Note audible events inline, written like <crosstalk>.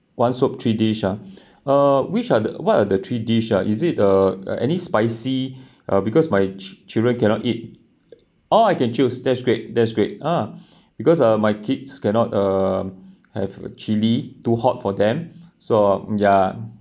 one soup three dish ah <breath> uh which are the what are the three dish ah is it uh any spicy uh because my children cannot eat oh I can choose that's great that's great ah because uh my kids cannot um have chili too hot for them so ya